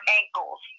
ankles